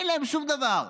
אין להם שום דבר.